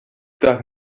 dach